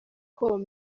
com